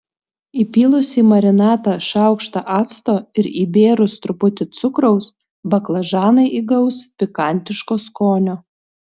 įpylus į marinatą šaukštą acto ir įbėrus truputį cukraus baklažanai įgaus pikantiško skonio